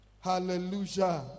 Hallelujah